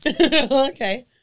Okay